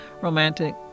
romantic